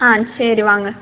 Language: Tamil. ஆ சரி வாங்க